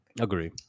Agree